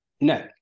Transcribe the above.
No